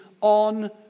on